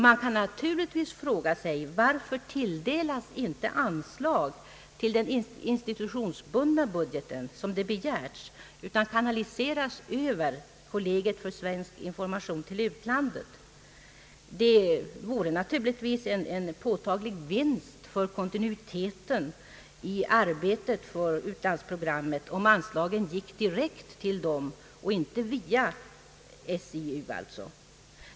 Man kan fråga sig: Varför tilldelas inte den institutionsbundna budgeten anslag som begärts utan kanaliseras över Kollegiet för Sverige-information? Det vore naturligtvis en påtaglig vinst för kontinuiteten i arbetet med utlandsprogrammet om anslaget gick direkt till verksamheten och inte via kollegiet.